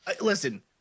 listen